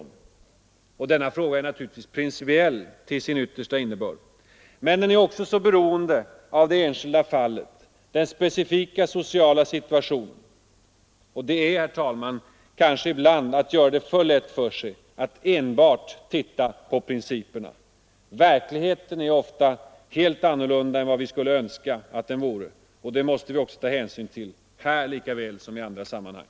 Den fråga vi nu diskuterar är naturligtvis principiell till sin yttersta innebörd, men den är också beroende av det enskilda fallet, den specifika sociala situationen. Att enbart se till principerna är kanske ibland att göra det för lätt för sig. Verkligheten är ofta en helt annan än vi skulle önska, och det måste vi också ta hänsyn till — här lika väl som i andra sammanhang.